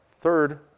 third